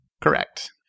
Correct